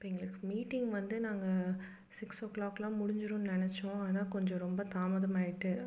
இப்போ எங்களுக்கு மீட்டிங் வந்து நாங்கள் சிக்ஸ் ஓ கிளாக்லாம் முடிஞ்சிடும்னு நினச்சோம் ஆனால் கொஞ்சம் ரொம்ப தாமதமாகிட்டு